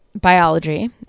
biology